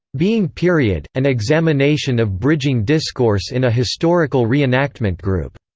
being period an examination of bridging discourse in a historical reenactment group,